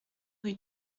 rue